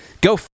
Go